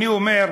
אני אומר,